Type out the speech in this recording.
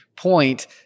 point